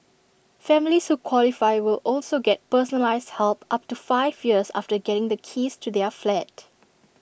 families who qualify will also get personalised help up to five years after getting the keys to their flat